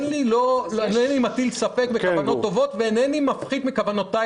אינני מטיל ספק בכוונות טובות ואינני מפחית מכוונותיי